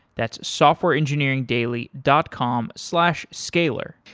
that softwareengineeringdaily dot com slash scalyr.